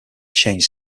change